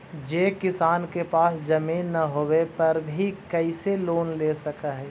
जे किसान के पास जमीन न होवे पर भी कैसे लोन ले सक हइ?